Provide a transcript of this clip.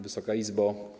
Wysoka Izbo!